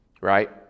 right